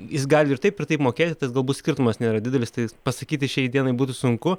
jis gali ir taip ir taip mokėti tas galbūt skirtumas nėra didelis tai pasakyti šiai dienai būtų sunku